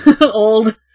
old